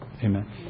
Amen